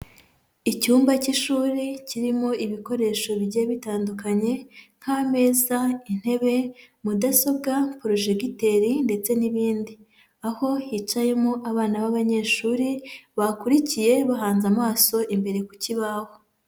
Icyumba cy'ishuri kirimo ibikoresho bigiye bitandukanye: nk'ameza, intebe, mudasobwa, projecteur ndetse n'ibindi. Aho hicayemo abana b'abanyeshuri, bakurikiye bahanze amaso imbere ku kibaho.